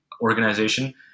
organization